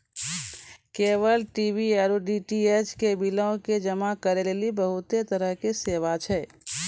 cable TV आरु DTH के बिलो के जमा करै लेली बहुते तरहो के सेवा छै